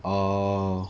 oh